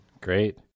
Great